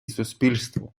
суспільству